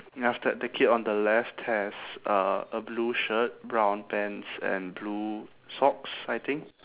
then after that the kid on the left has uh a blue shirt brown pants and blue socks I think